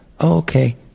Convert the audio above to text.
okay